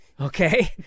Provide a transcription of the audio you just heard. okay